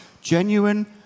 genuine